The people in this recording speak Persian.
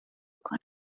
کنم